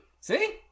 See